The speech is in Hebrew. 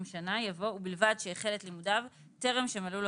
שנה" יבוא "ובלבד שהחל את לימודיו טרם שמלאו לו